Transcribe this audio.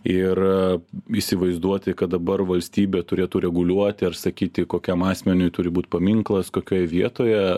ir įsivaizduoti kad dabar valstybė turėtų reguliuoti ar sakyti kokiam asmeniui turi būt paminklas kokioj vietoje